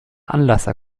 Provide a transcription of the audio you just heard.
anlasser